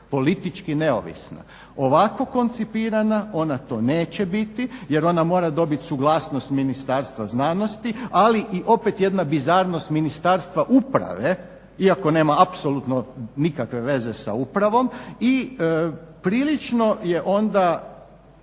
politički neovisna, ovako koncipirana ona to neće biti jer ona mora dobiti suglasnost Ministarstva znanosti. Ali i opet jedna bizarnost Ministarstva uprave, iako nema apsolutno nikakve veze sa upravom, i prilično je onda